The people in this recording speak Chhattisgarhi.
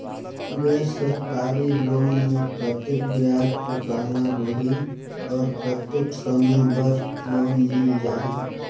गैर सरकारी लोन मे कतेक ब्याज चुकाना होही और कतेक समय बर लोन मिल जाहि?